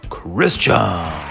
Christian